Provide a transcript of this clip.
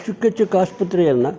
ಚಿಕ್ಕ ಚಿಕ್ಕ ಆಸ್ಪತ್ರೆಯನ್ನು